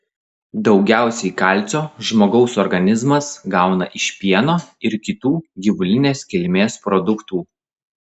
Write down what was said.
daugiausiai kalcio žmogaus organizmas gauna iš pieno ir kitų gyvulinės kilmės produktų